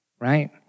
right